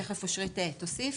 תכף אושרית תוסיף,